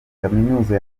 kaminuza